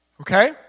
Okay